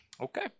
Okay